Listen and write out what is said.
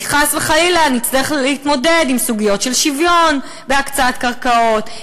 כי חס וחלילה אני אצטרך להתמודד עם סוגיות של שוויון בהקצאת קרקעות,